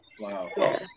wow